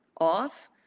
off